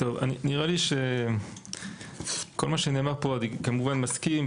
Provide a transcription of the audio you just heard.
נראה לי שעם כל מה שנאמר פה אני כמובן מסכים,